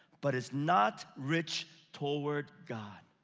but is not rich toward god.